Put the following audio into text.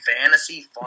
fantasy